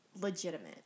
legitimate